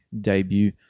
debut